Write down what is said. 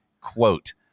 quote